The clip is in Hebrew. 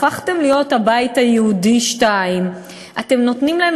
הפכתם להיות הבית היהודי 2. אתם נותנים להם